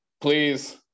please